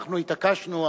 אנחנו התעקשנו,